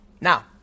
Now